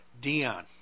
Dion